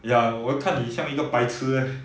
ya 我看你像一个白痴 leh